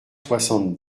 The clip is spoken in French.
soixante